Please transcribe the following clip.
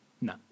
No